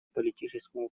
политическому